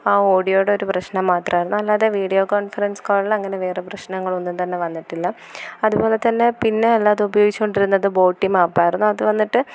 ആ ഓടിയോടൊരു പ്രശ്നം മാത്രമായിരുന്നു അല്ലാതെ വീഡിയോ കോൺഫറൻസ് കോളിലങ്ങനെ വേറെ പ്രശ്നങ്ങളൊന്നും തന്നെ വന്നിട്ടില്ല അതുപോലെതന്നെ പിന്നെ അല്ലാതെ ഉപയോഗിച്ചു കൊണ്ടിരുന്നത് ബോട്ടിം ആപ്പായിരുന്നു അത് വന്നിട്ട്